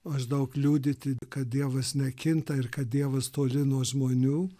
maždaug liudyti kad dievas nekinta ir kad dievas toli nuo žmonių